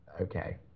okay